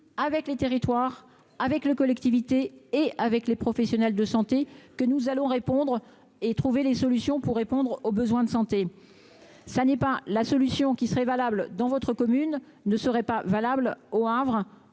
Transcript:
avec les territoires avec le collectivités et avec les professionnels de santé que nous allons répondre et trouver les solutions pour répondre aux besoins de santé, ça n'est pas la solution qui serait valable dans votre commune ne serait pas valable au Havre